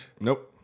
Nope